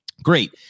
Great